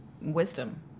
wisdom